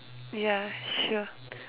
ya sure